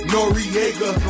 Noriega